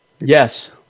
Yes